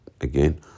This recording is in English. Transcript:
Again